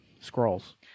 Scrolls